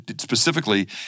specifically